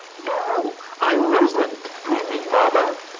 no, i wasn't dreaming, mamma,